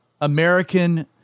American